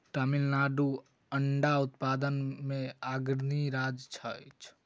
तमिलनाडु अंडा उत्पादन मे अग्रणी राज्य अछि